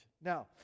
Now